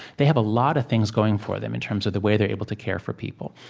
they have a lot of things going for them in terms of the way they're able to care for people.